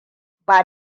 ba